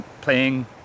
playing